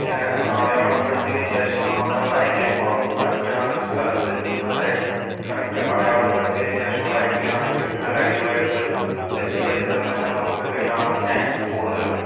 ഒന്നിങ്ങനെ അടയാളപ്പെടുത്തിയതിനുശേഷം മാത്രമേ വരയ്ക്കാൻ പാടുള്ളൂ കറക്റ്റാ ഒരു സ്ഥലത്തെത്തുന്നതുവരെ കറക്റ്റ് അടയാളപ്പെടുത്തിയതിനു ശേഷം വരയ്ക്കുകയാണെങ്കിൽ നല്ല അടിപൊളിയായിട്ടുള്ളൊരു വ്യക്തിയുടെ ചിത്രം തന്നെ നമുക്ക് കിട്ടാനുള്ള ചാൻസ് കൂടുതലാണ്